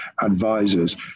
advisors